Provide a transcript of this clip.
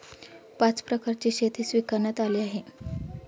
पाच प्रकारची शेती स्वीकारण्यात आली आहे